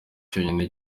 cyonyine